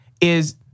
is-